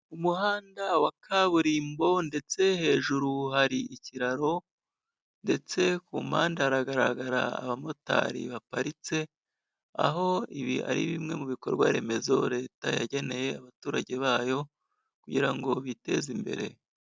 Umuhanda wa kaburimbo, ndetse hejuru hari ikiraro, ndetse ku mpande haragaragara abamotari baparitse; aho ibi ari bimwe mu bikorwa remezo Leta yageneye abaturage bayo, kugira ngo biteze imbere.